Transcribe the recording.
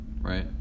right